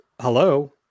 Hello